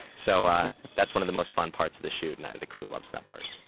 so ah that's one of the most fun parts of the shoot and the crew loves that part